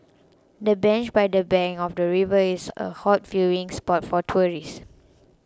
the bench by the bank of the river is a hot viewing spot for tourists